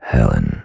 Helen